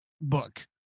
book